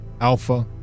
Alpha